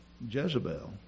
Jezebel